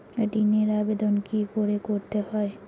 ঋণের আবেদন কি করে করতে হয়?